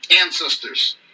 ancestors